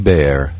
Bear